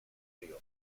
audio